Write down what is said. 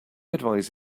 advice